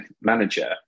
manager